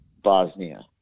Bosnia